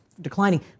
declining